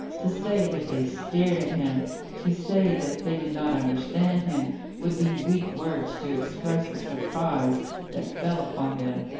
to say that they stared at him to say that they did not understand him would be weak words to express the surprise that fell upon them,